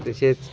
तसेच